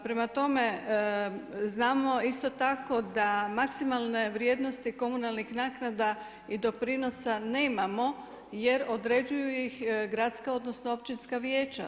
Prema tome, znamo isto tako da maksimalne vrijednosti komunalnih naknada i doprinosa nemamo jer određuju ih gradska odnosno općinska vijeća.